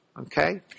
Okay